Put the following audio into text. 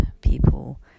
people